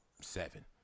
seven